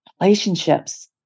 relationships